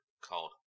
called